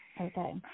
okay